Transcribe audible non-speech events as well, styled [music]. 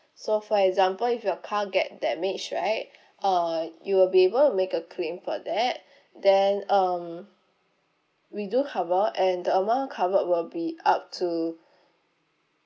so for example if your car get damaged right [breath] uh you will be able to make a claim for that [breath] then um we do cover and the amount covered will be up to [breath]